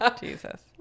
Jesus